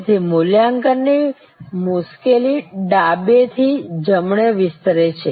તેથી મૂલ્યાંકનની મુશ્કેલી ડાબેથી જમણે વિસ્તરે છે